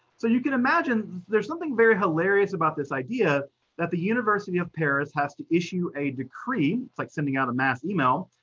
so you can imagine there's something very hilarious about this idea that the university of paris has to issue a decree, it's like sending out a mass email,